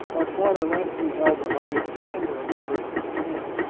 while father lemke held a lighted candle in gallitzin's hand.